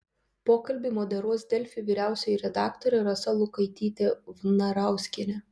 pokalbį moderuos delfi vyriausioji redaktorė rasa lukaitytė vnarauskienė